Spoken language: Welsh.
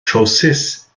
trowsus